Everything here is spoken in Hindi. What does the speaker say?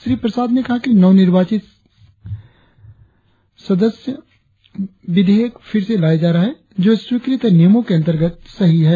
श्री प्रसाद ने कहा कि नव निर्वाचित सदम में विधेयक फिर से लाया जा रहा है जो स्वीकृत नियमों के अंतर्गत सही है